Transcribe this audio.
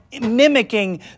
mimicking